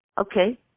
okay